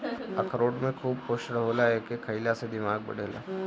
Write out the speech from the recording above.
अखरोट में खूब पोषण होला एके खईला से दिमाग बढ़ेला